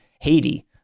Haiti